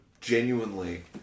genuinely